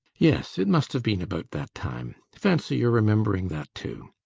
yes, it must have been about that time. fancy your remembering that too!